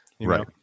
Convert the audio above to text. Right